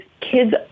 Kids